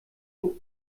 für